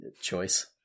choice